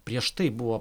prieš tai buvo